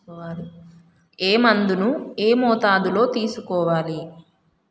ఏ మందును ఏ మోతాదులో తీసుకోవాలి?